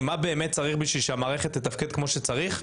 מה באמת צריך כדי שהמערכת תתפקד כמו שצריך.